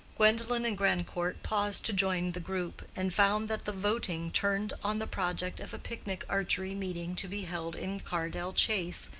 gwendolen and grandcourt paused to join the group, and found that the voting turned on the project of a picnic archery meeting to be held in cardell chase,